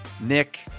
Nick